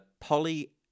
poly